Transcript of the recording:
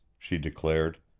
she declared.